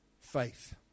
faith